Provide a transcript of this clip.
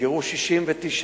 ונסגרו 69 תיקים.